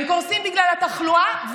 הם קורסים בגלל התחלואה,